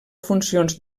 funcions